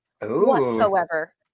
whatsoever